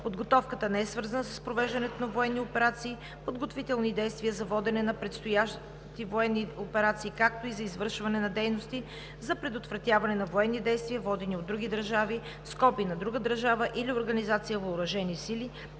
Подготовката не е свързана с провеждането на военни операции, подготвителни действия за водене на предстоящи военни операции, както и за извършване на дейности за предотвратяване на военни действия, водени от други държави (на друга държава или организация) въоръжени сили.